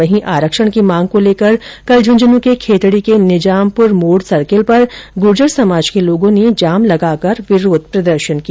वहीं आरक्षण की मांग को लेकर कल झुंझुनू के खेतड़ी के निजामपुर मोड़ सर्किल पर गुर्जर समाज के लोगों ने जाम लगाकर विरोध प्रदर्शन किया